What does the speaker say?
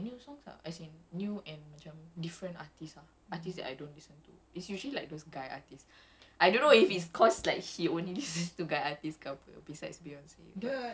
ya then recently like um the class introduced me to all new like new songs lah as in new and macam different artists ah artists that I don't listen to it's usually like this guy artist